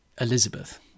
Elizabeth